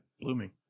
blooming